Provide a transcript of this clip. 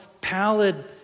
pallid